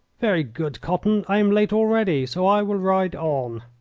very good, cotton. i am late already, so i will ride on.